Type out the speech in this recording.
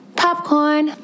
popcorn